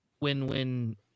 win-win